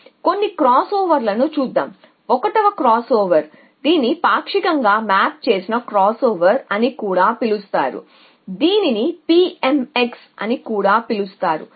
కాబట్టి కొన్ని క్రాస్ ఓవర్లను చూద్దాం కాబట్టి 1 వ క్రాస్ ఓవర్ దీనిని పాక్షికంగా మ్యాప్ చేసిన క్రాస్ఓవర్ అని కూడా పిలుస్తారు దీనిని P MX అని కూడా పిలుస్తారు